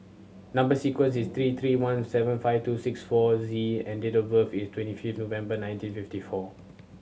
number sequence is three T one seven five two six four Z and date of birth is twenty fifth February nineteen fifty four